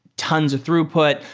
tons of throughput.